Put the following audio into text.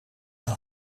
een